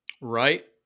Right